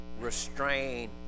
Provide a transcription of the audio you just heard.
restrain